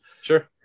Sure